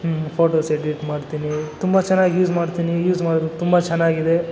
photos edit ಮಾಡ್ತೀನಿ ತುಂಬ ಚೆನ್ನಾಗಿ ಯೂಸ್ ಮಾಡ್ತೀನಿ ಯೂಸ್ ಮಾಡೋದಕ್ಕೆ ತುಂಬ ಚೆನ್ನಾಗಿದೆ